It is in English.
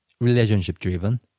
relationship-driven